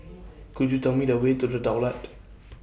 Could YOU Tell Me The Way to The Daulat